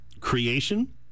creation